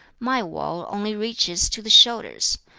my wall only reaches to the shoulders.